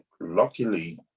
luckily